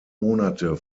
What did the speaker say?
monate